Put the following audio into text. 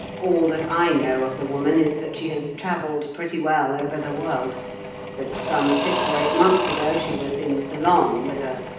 all that i know of the woman is that she has travelled pretty well over the world that some six or eight months ago she was in ceylon with a